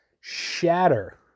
shatter